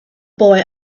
boy